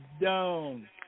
down